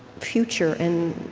future and